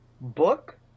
book